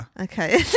Okay